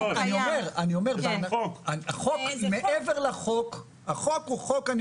החוק הוא חוק.